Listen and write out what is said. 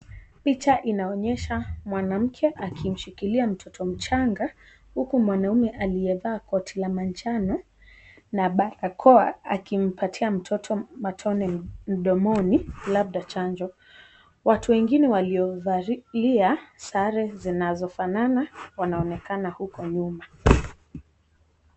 Picha inaonyesha mwanamke akimshikilia mtoto mchanga, huku mwanaume aliyevaa koti la manjano na barakoa akimpatia mtoto, matone mdomoni labda chanjo. Watu wengine waliovalia sare zinazofanana, wanaonekana huko nyuma.